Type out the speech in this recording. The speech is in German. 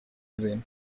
sehen